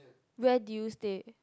where do you stay